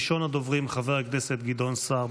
ראשון הדוברים, חבר הכנסת גדעון סער.